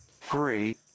three